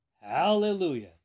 Hallelujah